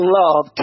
love